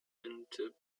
siebente